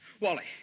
Wally